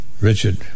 Richard